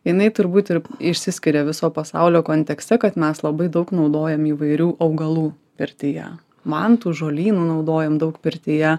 jinai turbūt ir išsiskiria viso pasaulio kontekste kad mes labai daug naudojam įvairių augalų pirtyje man tų žolynų naudojam daug pirtyje